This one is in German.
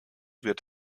wird